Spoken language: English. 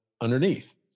underneath